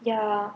ya